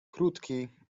krótki